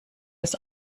des